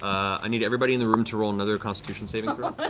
i need everybody in the room to roll another constitution saving